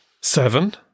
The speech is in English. Seven